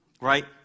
right